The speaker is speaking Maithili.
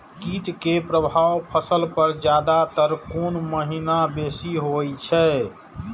कीट के प्रभाव फसल पर ज्यादा तर कोन महीना बेसी होई छै?